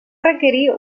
requerir